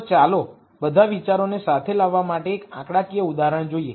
તો ચાલો બધા વિચારોને સાથે લાવવા માટે એક આંકડાકીય ઉદાહરણ જોઈએ